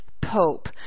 Pope